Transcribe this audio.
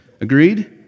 Agreed